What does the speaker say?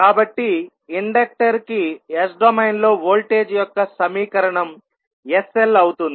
కాబట్టి ఇండక్టర్ కి S డొమైన్లో వోల్టేజ్ యొక్క సమీకరణం sL అవుతుంది